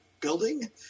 building